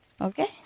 Okay